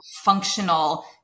functional